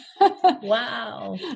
Wow